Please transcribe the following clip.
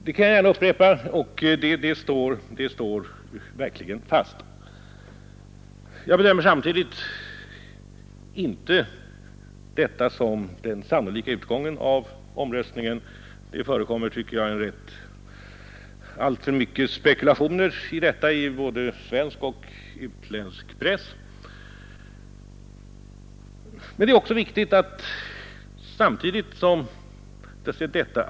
Det står klart utsagt, och det vill jag gärna upprepa en gång till.